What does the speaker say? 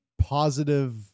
positive